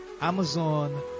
Amazon